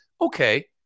okay